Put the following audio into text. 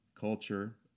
culture